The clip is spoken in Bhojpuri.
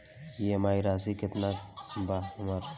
ई.एम.आई की राशि केतना बा हमर?